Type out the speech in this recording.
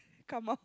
come out